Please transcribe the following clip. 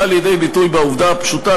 באה לידי ביטוי בעובדה הפשוטה,